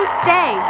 stay